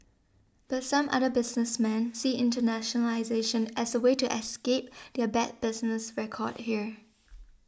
but some other businessmen see internationalisation as a way to escape their bad business record here